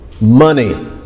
money